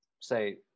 say